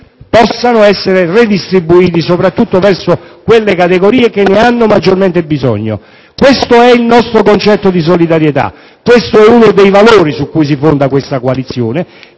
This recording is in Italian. può essere redistribuito, soprattutto verso quelle categorie che ne hanno maggiormente bisogno. Questo è il nostro concetto di solidarietà; è uno dei valori su cui si fonda questa coalizione,